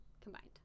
combined